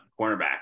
cornerback